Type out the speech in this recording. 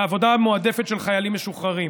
העבודה המועדפת של חיילים משוחררים,